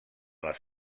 les